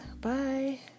Bye